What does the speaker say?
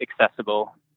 accessible